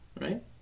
right